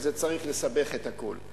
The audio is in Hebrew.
וזה צריך לסבך את הכול.